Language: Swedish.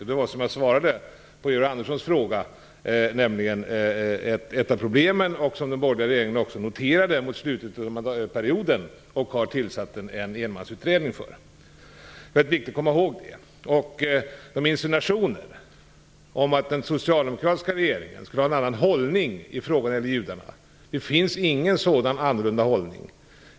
Det var, precis som jag svarade på Georg Anderssons fråga, ett av problemen. Det noterade också den borgerliga regeringen under slutet av mandatperioden och tillsatte en enmansutredning. Det är viktigt att komma ihåg. Det framförs insinuationer att den socialdemokratiska regeringen skulle ha en annan hållning när det gäller judarna. Det finns ingen sådan annorlunda hållning.